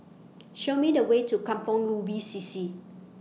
Show Me The Way to Kampong Ubi C C